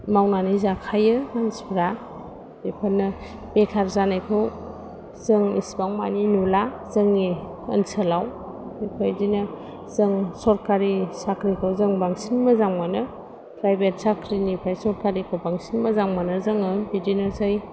मावनानै जाखायो मानसिफ्रा बेफोरनो बेखार जानायखौ जों एसिबांमानि नुला जोंनि ओनसोलाव बेबायदिनो जों सरकारि साख्रिखौ जों बांसिन मोजां मोनो प्राइभेट साख्रिनिफ्राय सरकारिखौ बांसिन मोजां मोनो जोङो बिदिनोसै